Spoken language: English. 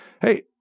Hey